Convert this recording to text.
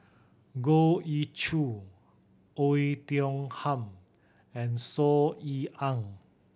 Goh Ee Choo Oei Tiong Ham and Saw Ean Ang